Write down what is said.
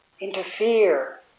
interfere